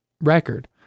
record